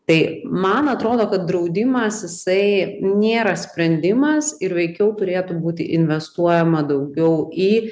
tai man atrodo kad draudimas jisai nėra sprendimas ir veikiau turėtų būti investuojama daugiau į